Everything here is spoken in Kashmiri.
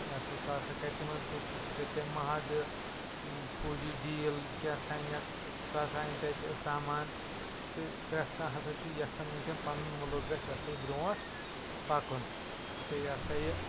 یا سا یہِ سُہ کَرِ تِمن سۭتۍ کٔرۍ تٔمۍ مہادٕ فوجی ڈیٖل کیٛاہتھانٮ۪تھ سُہ ہَسا اَنہِ تَتہِ سامان تہٕ پرٛتھ کانٛہہ ہَسا چھُ یَژھان وُنکٮ۪ن پَنُن مُلک گَژھِ یا سا یہِ برٛونٛٹھ پَکُن تہٕ یا سا یہِ